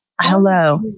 Hello